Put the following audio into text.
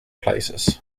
places